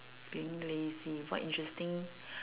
being lazy what interesting